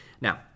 Now